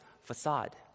facade